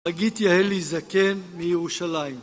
חגית יהלי-זקן מירושלים